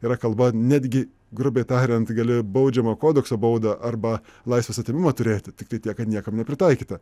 yra kalba netgi grubiai tariant gali baudžiamojo kodekso baudą arba laisvės atėmimą turėti tiktai tiek kad niekam nepritaikyta